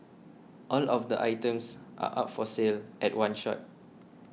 all of the items are up for sale at one shot